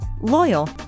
loyal